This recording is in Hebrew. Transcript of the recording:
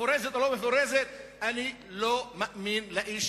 מפורשת או לא מפורשת אני לא מאמין לאיש